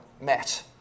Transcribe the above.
met